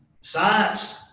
Science